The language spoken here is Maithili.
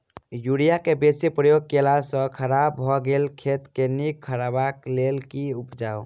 यूरिया केँ बेसी प्रयोग केला सऽ खराब भऽ गेल खेत केँ नीक करबाक लेल की उपाय?